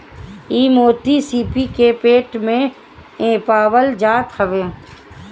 इ मोती सीपी के पेट में पावल जात हवे